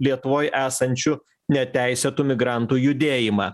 lietuvoj esančių neteisėtų migrantų judėjimą